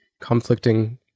conflicting